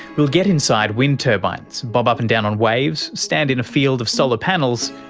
we'll get inside wind turbines, bob up and down on waves, stand in a field of solar panels,